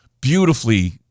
beautifully